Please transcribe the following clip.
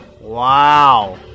Wow